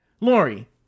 Lori